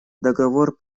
договор